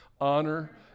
honor